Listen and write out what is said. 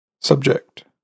subject